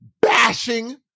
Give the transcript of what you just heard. bashing